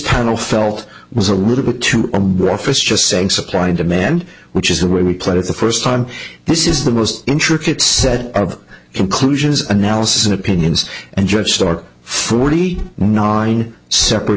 tunnel felt was a little bit too office just saying supply and demand which is the way we played it the first time this is the most intricate set of conclusions analysis and opinions and just start forty nine separate